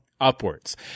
upwards